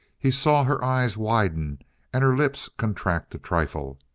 he saw her eyes widen and her lips contract a trifle,